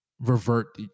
revert